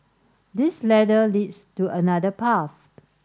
this ladder leads to another path